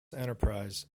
enterprise